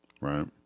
right